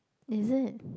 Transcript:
is it